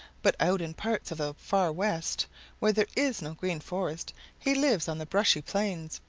but out in parts of the far west where there is no green forest he lives on the brushy plains.